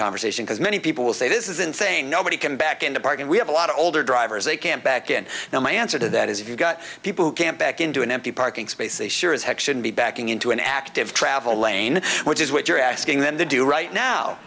conversation because many people will say this isn't saying nobody can back in the park and we have a lot of older drivers they can't back and now my answer to that is if you've got people who can't back into an empty parking space they sure as heck should be backing into an active travel lane which is what you're asking them to do right now